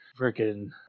Freaking